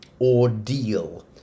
Ordeal